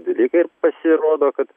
dalykai ir pasirodo kad